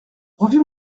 revue